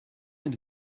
êtes